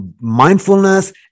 mindfulness